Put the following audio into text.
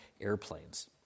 airplanes